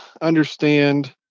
understand